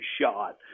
shot